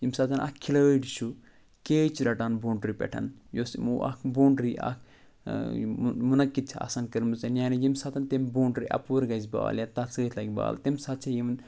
ییٚمہِ ساتہٕ اَکھ کھلٲڑۍ چھُ کیچ رٹان بونٛڈرٛی پٮ۪ٹھ یۄس یِمو اَکھ بونٛڈرٛی اَکھ یہِ مُنعقد چھِ آسان کٔرمٕژ یعنی ییٚمہِ ساتہٕ تَمہِ بونٛڈری اپور گژھِ بال یا تَتھ سۭتۍ لَگہِ بال تَمہِ ساتہٕ چھِ یِم